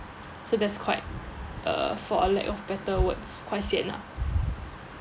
so that's quite uh for a lack of better words quite sian ah